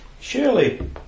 surely